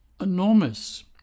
enormous